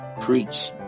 preach